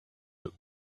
look